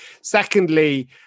Secondly